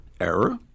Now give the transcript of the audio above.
error